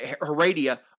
Heredia